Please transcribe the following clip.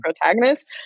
protagonist